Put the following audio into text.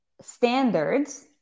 standards